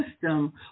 system